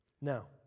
Now